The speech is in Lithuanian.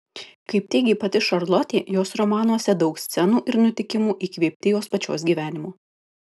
kaip teigė pati šarlotė jos romanuose daug scenų ir nutikimų įkvėpti jos pačios gyvenimo